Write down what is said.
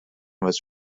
was